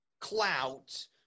clout